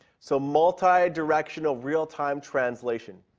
so multidirectional real time translation.